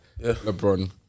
LeBron